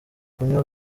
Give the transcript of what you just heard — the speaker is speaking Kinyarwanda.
kunywa